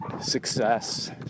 success